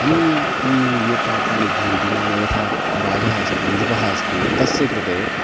अन्ये अन्ये ये पात्राणि भवन्ति नाम यथा राजः अस्ति नृपः अस्ति तस्य कृते